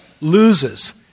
loses